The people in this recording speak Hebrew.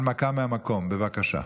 הנמקה מהמקום, בבקשה.